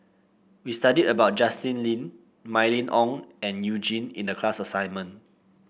we studied about Justin Lean Mylene Ong and You Jin in the class assignment